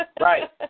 Right